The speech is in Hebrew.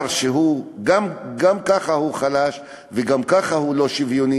למגזר שגם ככה הוא חלש וגם ככה הוא לא שווה.